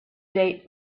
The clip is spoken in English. date